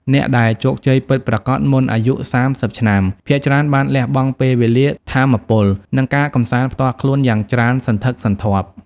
អ្នកដែលជោគជ័យពិតប្រាកដមុនអាយុ ៣០ ឆ្នាំ ភាគច្រើនបានលះបង់ពេលវេលា ថាមពល និងការកម្សាន្តផ្ទាល់ខ្លួនយ៉ាងច្រើនសន្ធឹកសន្ធាប់។